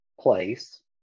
place